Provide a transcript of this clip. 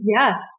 Yes